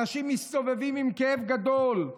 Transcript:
אנשים מסתובבים עם כאב גדול.